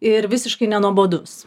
ir visiškai nenuobodus